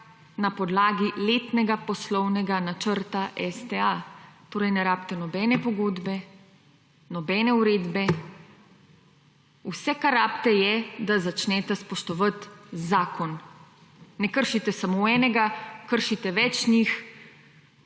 na podlagi letnega poslovnega načrta STA torej ne rabite nobene pogodbe, nobene uredbe. Vsa, kar rabite je, da začnete spoštovati zakon. Ne kršite samo enega kršite več njih